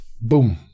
boom